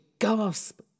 gasp